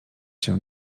się